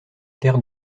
terre